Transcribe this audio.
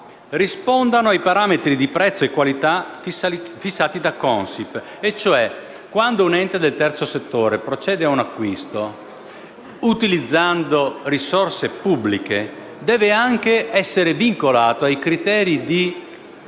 rispondano ai parametri di prezzo e qualità fissati da Consip. Quando un ente del terzo settore procede ad un acquisto, utilizzando risorse pubbliche, deve anche essere vincolato ai criteri di